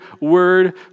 word